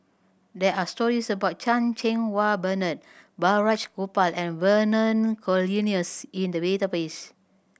there are stories about Chan Cheng Wah Bernard Balraj Gopal and Vernon Cornelius in the database